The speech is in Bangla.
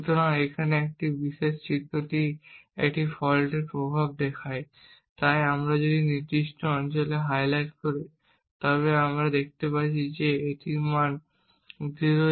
সুতরাং এখানে এই বিশেষ চিত্রটি একটি ফল্টের প্রভাব দেখায় তাই আমরা যদি এই নির্দিষ্ট অঞ্চলে হাইলাইট করি তবে আমরা দেখতে পাচ্ছি যে এটির মান 0x2829E